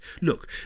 Look